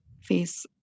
face